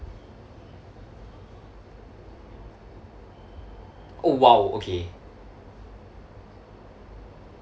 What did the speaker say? oh !wow! okay